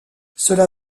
cela